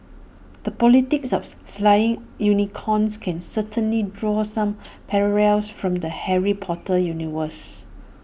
the politics of slaying unicorns can certainly draw some parallels from the Harry Potter universe